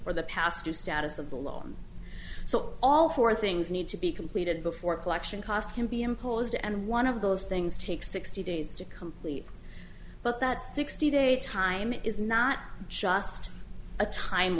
for the past two status of the law so all four things need to be completed before collection costs can be imposed and one of those things take sixty days to complete but that sixty day time is not just a time